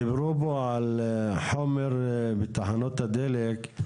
דיברו פה על חומר בתחנות הדלק.